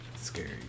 scary